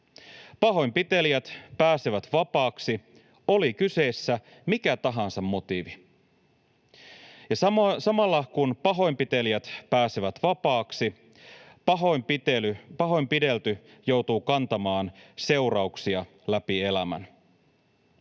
Pahoinpitelijät pääsevät vapaaksi, oli kyseessä mikä tahansa motiivi. Ja samalla, kun pahoinpitelijät pääsevät vapaaksi, pahoinpidelty joutuu kantamaan seurauksia läpi elämän.